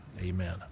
Amen